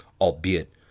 albeit